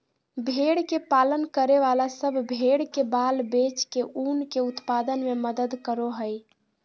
भेड़ के पालन करे वाला सब भेड़ के बाल बेच के ऊन के उत्पादन में मदद करो हई